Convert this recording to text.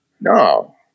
No